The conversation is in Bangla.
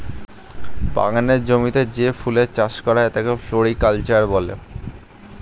বাগানের জমিতে যে ফুলের চাষ করা হয় তাকে ফ্লোরিকালচার বলে